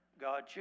God